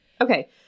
okay